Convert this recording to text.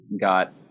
got